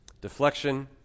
Deflection